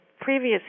previous